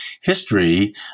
history